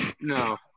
No